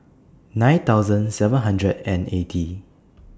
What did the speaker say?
nine thousand seven hundred and eighty